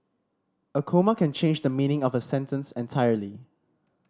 a comma can change the meaning of a sentence entirely